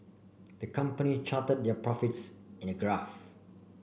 the company charted their profits in a graph